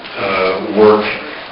work